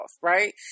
right